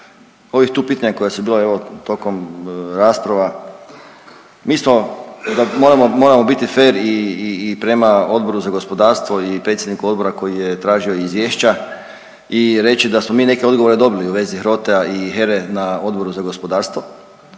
ovih tu pitanja koja su bila tokom rasprava, mi smo, moramo biti fer i prema Odboru za gospodarstvo i predsjedniku odbora koji je tražio izvješća i reći da smo mi neke odgovore dobili u vezi HROTE-a i HERA-e na Odboru za gospodarstvo,